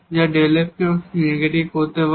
যা এই Δ f কেও নেগেটিভ করতে পারে